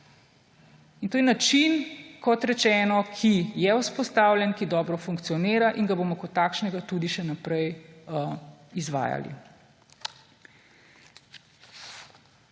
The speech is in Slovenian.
To je način, kot rečeno, ki je vzpostavljen, ki dobro funkcionira in ga bomo kot takšnega tudi še naprej izvajali.